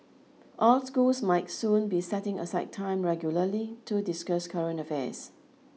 all schools might soon be setting aside time regularly to discuss current affairs